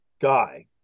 Guy